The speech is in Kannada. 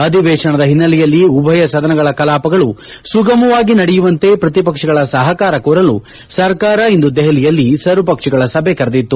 ಅಧಿವೇಶನದ ಹಿನ್ನೆಲೆಯಲ್ಲಿ ಉಭಯ ಸದನಗಳ ಕಲಾಪಗಳು ಸುಗಮವಾಗಿ ನಡೆಯುವಂತೆ ಪ್ರತಿಪಕ್ಷಗಳ ಸಹಕಾರ ಕೋರಲು ಸರ್ಕಾರ ಇಂದು ದೆಹಲಿಯಲ್ಲಿ ಸರ್ವಪಕ್ಷಗಳ ಸಭೆ ಕರೆದಿತ್ತು